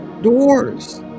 doors